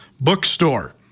Bookstore